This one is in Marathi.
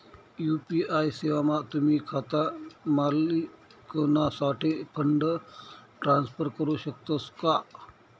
यु.पी.आय सेवामा तुम्ही खाता मालिकनासाठे फंड ट्रान्सफर करू शकतस का